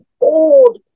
old